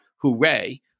Hooray